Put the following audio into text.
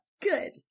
Good